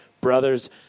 brothers